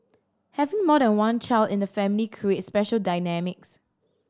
having more than one child in the family creates special dynamics